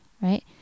right